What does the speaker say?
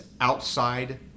outside